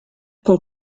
com